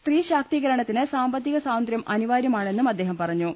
സ്ത്രീ ശാക്തീകരണത്തിന് സാമ്പത്തിക സ്വാതന്ത്ര്യം അനിവാര്യ മാണെന്നും അദ്ദേഹം പറഞ്ഞു